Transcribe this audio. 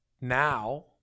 now